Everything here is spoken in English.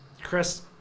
Chris